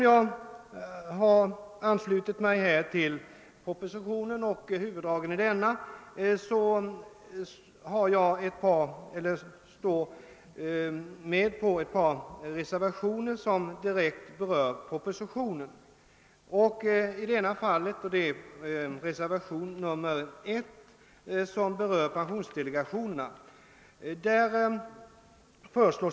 Jag har anslutit mig till huvuddragen i propositionen men står med på ett par reservationer. Reservationen 1 berör pensionsdelegationerna.